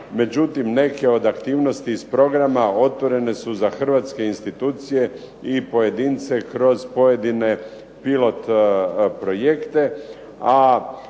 međutim, neke aktivnosti iz programa otvorene su za Hrvatske institucije i pojedince kroz pojedine pilot projekte,